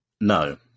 no